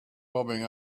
bobbing